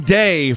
day